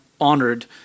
honored